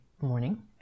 morning